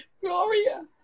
Gloria